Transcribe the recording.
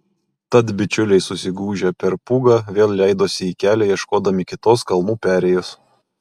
tad bičiuliai susigūžę per pūgą vėl leidosi į kelią ieškodami kitos kalnų perėjos